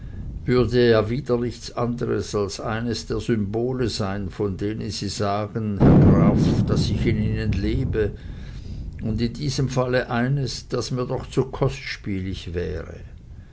würde ja wieder nichts anderes als eines der symbole sein von denen sie sagen herr graf daß ich in ihnen lebe und in diesem falle eines das mir doch zu kostspielig wäre